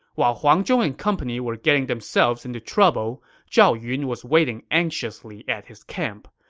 while huang zhong and company were getting themselves into trouble, zhao yun was waiting anxiously at his camp.